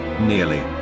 nearly